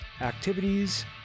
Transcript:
activities